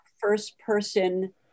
first-person